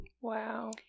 Wow